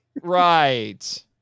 right